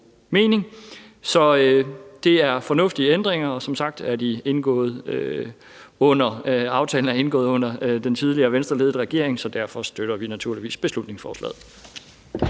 Det er fornuftige ændringer, og som sagt er aftalen om dem indgået under den tidligere Venstreledede regering, så derfor støtter vi naturligvis beslutningsforslaget.